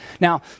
Now